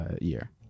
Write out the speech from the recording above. year